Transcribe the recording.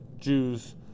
Jews